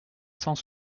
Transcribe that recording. cent